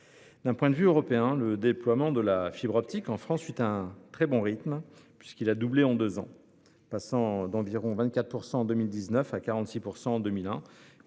D'un point de vue européen, le déploiement de la fibre optique en France se fait à un très bon rythme, puisque la part de la fibre a doublé en deux ans, passant d'environ 24 % en 2019 à 46 % en 2021.